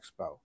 expo